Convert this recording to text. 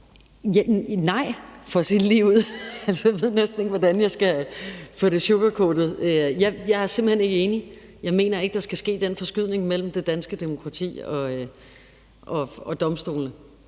Nej, for at sige det ligeud – jeg ved næsten ikke, hvordan jeg skal få det sugarcoated – jeg er simpelt hen ikke enig. Jeg mener ikke, der skal ske den forskydning mellem det danske demokrati og domstolene.